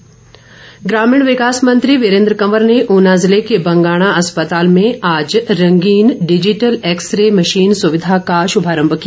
x ray ग्रामीण विकास मंत्री वीरेन्द्र कंवर ने ऊना ज़िले के बंगाणा अस्पताल में आज रंगीन डिजिटल एक्स रे मशीन सुविधा का श्भारंभ किया